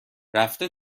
رفته